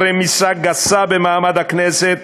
של רמיסה גסה של מעמד הכנסת,